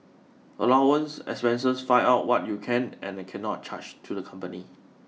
allowance and expenses find out what you can and cannot charge to the company